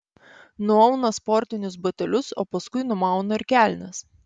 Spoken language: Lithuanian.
nuauna sportinius batelius o paskui numauna ir kelnes